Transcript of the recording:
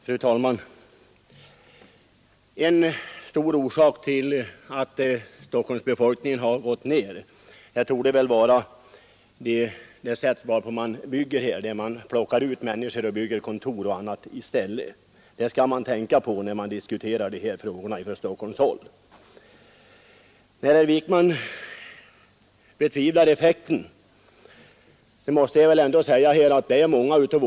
Fru talman! En starkt bidragande orsak till befolkningsminskningen i Stockholm torde vara det sätt varpå man bygger här i huvudstaden, alltså att man flyttar bort människor från innerstaden och gör om lägenheterna till kontor. Den saken skall man ha klar för sig på Stockholmshåll, när vi diskuterar de här frågorna. Sedan tvivlade herr Wijkman på åtgärdernas effekt i detta fall.